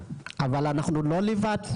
אבל אנחנו לא לבד,